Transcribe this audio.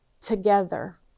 together